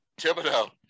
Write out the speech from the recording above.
Thibodeau